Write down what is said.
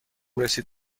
رسید